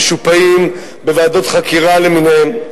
אנחנו משופעים בוועדות חקירה למיניהן.